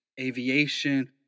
aviation